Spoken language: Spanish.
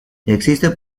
existe